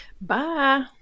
Bye